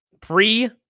Pre